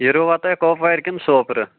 یہِ رٲوا تۄہہِ کۄپوارِ کِنہٕ سوپرٕ